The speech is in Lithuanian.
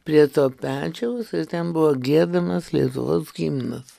prie to pečiaus ten buvo giedamas lietuvos himnas